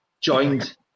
joined